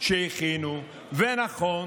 שהכינו ונכון